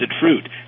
fruit